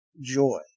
joy